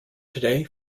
today